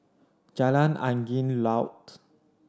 Jalan Angin Laut